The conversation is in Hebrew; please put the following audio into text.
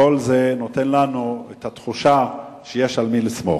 וכל זה נותן לנו את התחושה שיש על מי לסמוך.